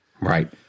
right